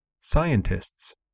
scientists